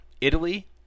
Italy